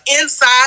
inside